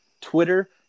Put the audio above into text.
Twitter